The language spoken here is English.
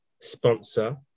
sponsor